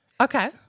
Okay